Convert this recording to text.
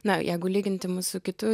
na jeigu lyginti mus su kitu